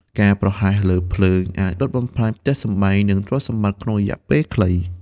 ការប្រហែសលើភ្លើង អាចដុតបំផ្លាញផ្ទះសម្បែង និងទ្រព្យសម្បត្តិក្នុងរយៈពេលខ្លី។